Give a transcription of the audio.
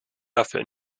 dafür